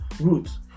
roots